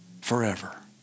forever